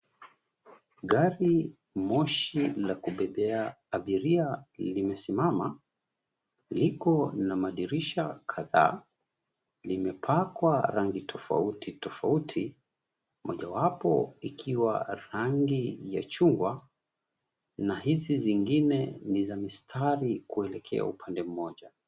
Gari moshi la kubebea abiria limesimama. Liko na madirisha kadhaa. Limepakwa rangi tofauti tofauti mojawapo ikiwa rangi ya chungwa na hizi zingine ni za mistari kuelekea upande mmoja.